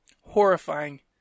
Horrifying